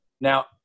Now